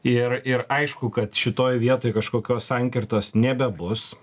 ir ir aišku kad šitoje vietoj kažkokios sankirtos nebebus